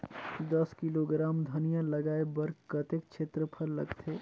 दस किलोग्राम धनिया लगाय बर कतेक क्षेत्रफल लगथे?